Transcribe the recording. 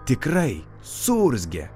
tikrai suurzgė